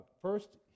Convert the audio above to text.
First